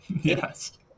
Yes